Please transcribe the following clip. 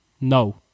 no